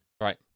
right